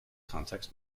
context